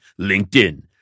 LinkedIn